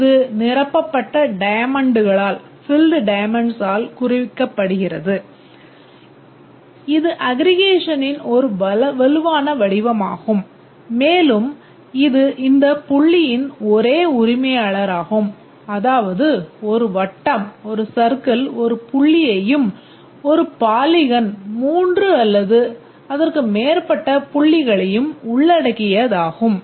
இது நிரப்பப்பட்ட டயமண்டுகளால் மூன்று அல்லது அதற்கு மேற்பட்ட புள்ளிகளையும் உள்ளடக்கியதாகும்